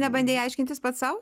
nebandei aiškintis pats sau